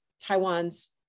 Taiwan's